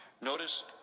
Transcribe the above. Notice